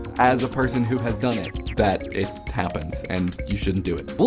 as a person who has done it, that it happens, and you shouldn't do it. well,